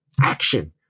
action